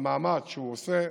במאמץ שהוא עושה,